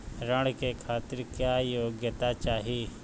ऋण के खातिर क्या योग्यता चाहीं?